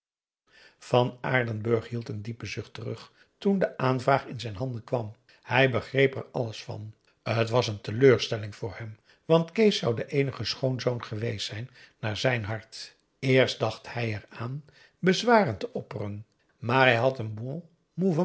van aardenburg hield een diepen zucht terug toen de aanvraag in zijn handen kwam hij begreep er alles van t was een teleurstelling voor hem want kees zou de eenige schoonzoon geweest zijn naar zijn hart eerst dacht hij eraan bezwaren te opperen maar hij had een bon